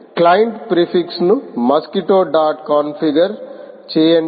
client prefix ను mosquito dot configure చేయండి